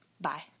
Bye